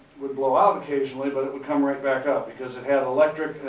would blow out occasionally, but it would come right back up because it had electric,